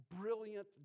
brilliant